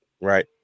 right